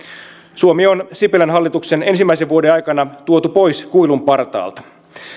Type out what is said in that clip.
suomi on sipilän hallituksen ensimmäisen vuoden aikana tuotu pois kuilun partaalta